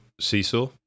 Seesaw